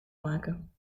maken